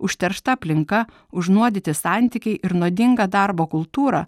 užteršta aplinka užnuodyti santykiai ir nuodinga darbo kultūra